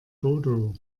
bodo